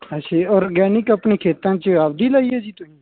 ਅੱਛਾ ਜੀ ਔਰਗੈਨਿਕ ਆਪਣੇ ਖੇਤਾਂ 'ਚ ਆਪਣੀ ਲਗਾਈ ਆ ਜੀ ਤੁਸੀਂ